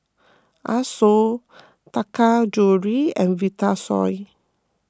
Asos Taka Jewelry and Vitasoy